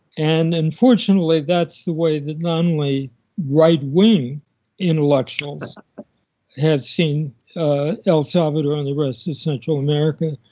and unfortunately that's the way that not only right wing intellectuals have seen el salvador and the rest of central america,